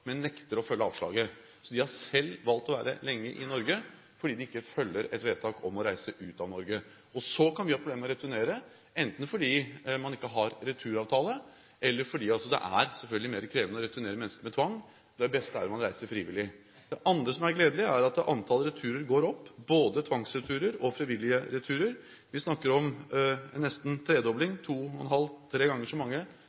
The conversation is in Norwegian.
men nekter å følge avslaget. Så de har selv valgt å være lenge i Norge fordi de ikke følger et vedtak om å reise ut av Norge. Så kan vi ha problemer med å returnere, enten fordi man ikke har returavtale, eller fordi det selvfølgelig er mer krevende å returnere mennesker med tvang, og det beste er om man reiser frivillig. Det andre som er gledelig, er at antall returer går opp, både tvangsreturer og frivillige returer. Vi snakker om nesten